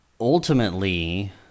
ultimately